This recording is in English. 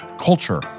culture